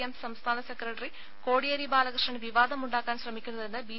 M സംസ്ഥാന secretary Kodiyeri Balakrishnan വിവാദമുണ്ടാക്കാൻ ശ്രമിക്കുന്നതെന്ന് ബി